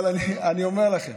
אבל אני אומר לכם